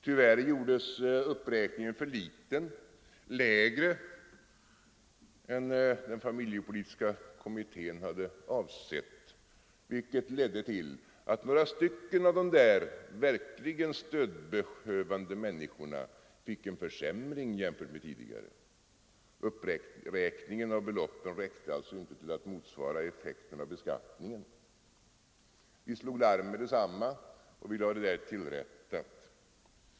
Tyvärr gjordes uppräkningen för låg — lägre än vad familjepolitiska kommittén hade avsett —- vilket ledde till att några av dessa verkligen stödbehövande människor fick en försämring i förhållande till tidigare. Uppräkningen av beloppen räckte alltså inte till för att motsvara effekten av beskattningen. Vi slog larm omedelbart för att få detta tillrättat.